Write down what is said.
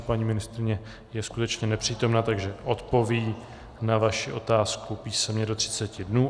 Paní ministryně je skutečně nepřítomna, takže odpoví na vaši otázku písemně do třiceti dnů.